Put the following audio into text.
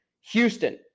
Houston